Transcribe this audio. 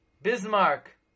Bismarck